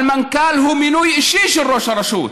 אבל מנכ"ל הוא מינוי אישי של ראש הרשות.